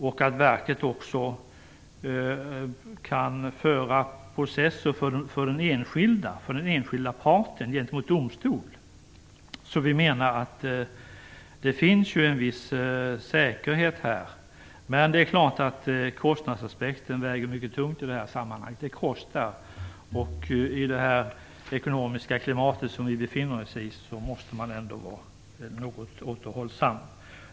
Verket kan ju också föra processer för den enskilda parten gentemot domstol. Vi menar att det finns en viss säkerhet här. Men det är klart att kostnadsaspekten väger mycket tungt i det här sammanhanget. Det kostar, och i det ekonomiska klimat som vi befinner oss i måste man vara något återhållsam.